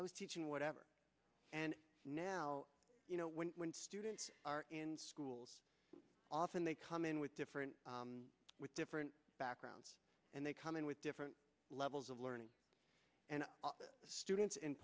i was teaching whatever and now you know when when students are in schools often they come in with different with different backgrounds and they come in with different levels of learning and the students in